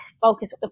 focus